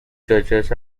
churches